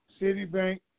Citibank